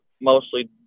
mostly